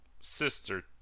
sister